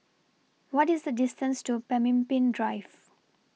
What IS The distance to Pemimpin Drive